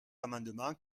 amendement